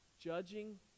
Judging